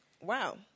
Wow